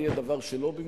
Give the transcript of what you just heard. תהיה דבר שלא במקומו.